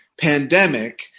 pandemic